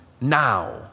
now